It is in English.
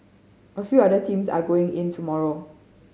a few other teams are going in tomorrow